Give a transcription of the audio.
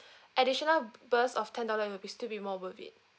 additional burst of ten dollar it will be still be more worth it